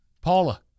Paula